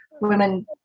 women